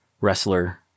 wrestler